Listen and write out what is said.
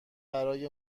برای